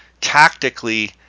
tactically